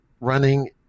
running